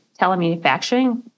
telemanufacturing